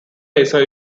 laser